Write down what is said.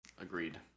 Agreed